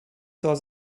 was